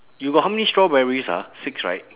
you got how many strawberries ah six right